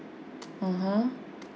(uh huh)